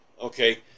okay